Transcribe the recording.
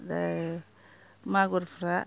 मागुरफ्रा